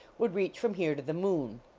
would reach from here to the moon.